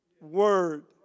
word